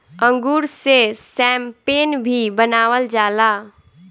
अंगूर से शैम्पेन भी बनावल जाला